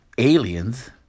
Aliens